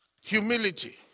humility